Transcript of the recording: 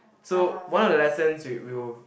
so one of the lessons we we will